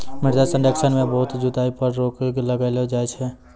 मृदा संरक्षण मे बहुत जुताई पर रोक लगैलो जाय छै